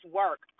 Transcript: work